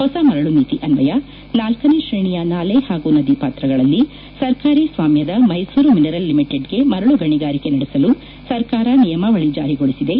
ಹೊಸ ಮರಳು ನೀತಿ ಅನ್ನಯ ನಾಲ್ಕನೇ ಶ್ರೇಣಿಯ ನಾಲೆ ಹಾಗೂ ನದಿ ಪಾತ್ರಗಳಲ್ಲಿ ಸರ್ಕಾರಿ ಸ್ವಾಮ್ಯದ ಮೈಸೂರು ಮಿನರಲ್ ಲಿಮಿಟೆಡ್ಗೆ ಮರಳು ಗಣಿಗಾರಿಕೆ ನಡೆಸಲು ಸರ್ಕಾರ ನಿಯಮಾವಳಿ ಜಾರಿಗೊಳಿಸಿದೆ